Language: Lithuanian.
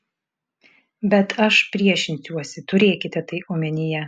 bet aš priešinsiuosi turėkite tai omenyje